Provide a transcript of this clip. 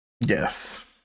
Yes